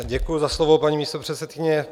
Děkuji za slovo, paní místopředsedkyně.